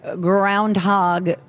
Groundhog